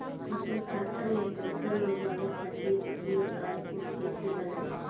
आपन खाता मे पैसा मँगबावे खातिर क्यू.आर कोड कैसे बनाएम?